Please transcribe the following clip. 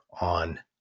on